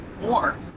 more